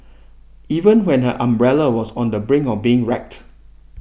even when her umbrella was on the brink of being wrecked